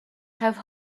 have